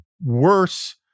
worse